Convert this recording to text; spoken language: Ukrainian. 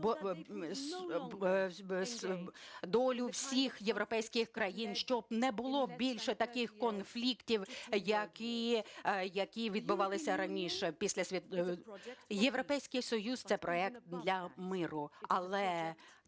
Європейський Союз – це проект для миру,